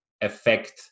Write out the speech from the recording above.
effect